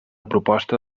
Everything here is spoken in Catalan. proposta